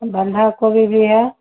बन्धा कोबी भी है